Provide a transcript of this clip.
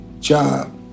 job